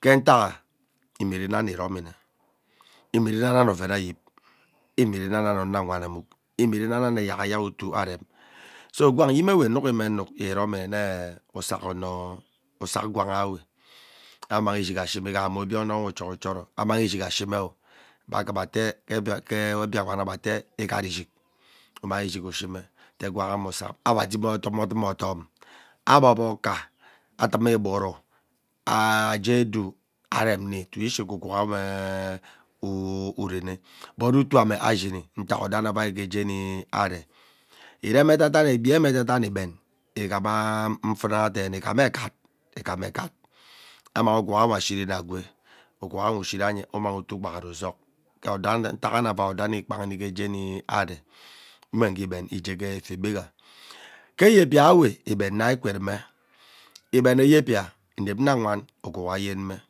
Ke ntaa inierenami iromine imiereni ani oven aship imierenani ani omo awam anung imierenani ani eyak ayak uttuu areum so gwang yimewe inuk me nuuk iromime nnee usak onoor usak gwanwe ameng ishig ashime ighaha mme obie ono we uchoro uchoro anang ishig ashine oh abiem atee biak atee gbak atee ighat ishig umang ishig ushine atee gwanghe mme usakme ava dimi odumodum atom agbob ukaa adem igwuru aaa gee edu arami tutu ishike ugwugha eee wuu urene but utuu me ashini ntak odo aniavai gee jeni anui aniavai ge jeni aree erem ge edaudan egbiewo edaiden igben ighaignaha nfuna deene ighane ighama egGot ighana eget amani ugwugha nwe ashi ren agwee ugwuga nwe ushiramye umang uttu ugbaghara uzog odaan odo ari kpani anigemi aree nume ge igben igee gee efieghaga. Ke yebia we igben na ikwu irume igben ee yiepia imep nna awan ugwugha ayen nne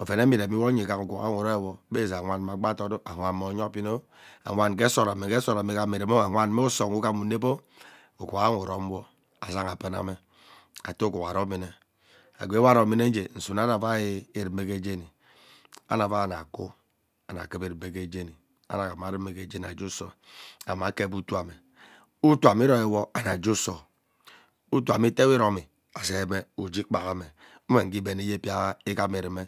ovene iremiwo ighana ugwugha edwe uromiwo gbene zaa awan me agbai adono awan mme uyee. Opino awan mme ke sot rememo ngee sot me ighana irume o awan mme uso, ugee uso me ighem inep oh ugwuewe uromwo azagha abunam atee ugwugha aromini agwee ewe aromine ugee nsume aravai irume gee jeni ani avai ani akuru ani, kuvaa inume gee jeni ani, anarume gee jeni ani, Kuvaa irume gee jeni agee uso anuma kep utuume utuume iroiwo ani jee uso utuume itewo iromi azime ugee ikpaga me nwe gee igbene yipia aa ighama irume.